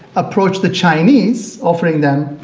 approached the chinese, offering them,